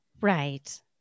Right